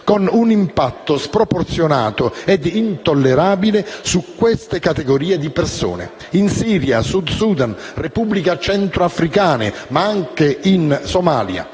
con un impatto sproporzionato e intollerabile su queste categorie di persone. In Siria, Sud Sudan, Repubblica Centrafricana, ma anche in Somalia,